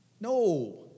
no